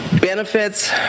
Benefits